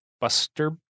Buster